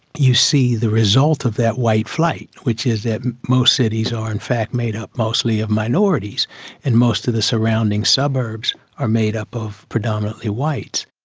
you see the result of that white flight, which is that most cities are in fact made up mostly of minorities and most of the surrounding suburbs are made up of predominantly whites.